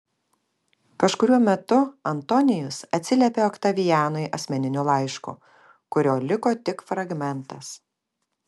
kažkuriuo metu antonijus atsiliepė oktavianui asmeniniu laišku kurio liko tik fragmentas